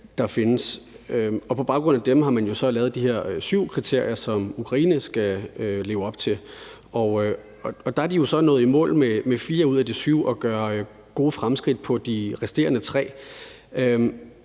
der findes, og på baggrund af dem har man så lavet de her syv kriterier, som Ukraine skal leve op til. Der er de jo så nået i mål med fire ud af de syv og gør gode fremskridt på de resterende tre.